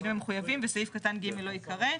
בשינויים המחוייבים וסעיף קטן (ג) לא ייקרא,